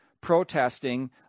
protesting